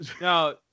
No